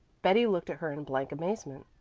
betty looked at her in blank amazement.